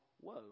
whoa